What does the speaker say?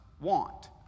want